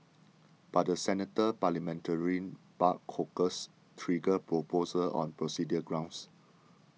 but the Senate parliamentarian barred Corker's trigger proposal on procedural grounds